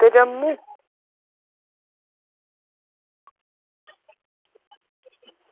ते देई ओड़ने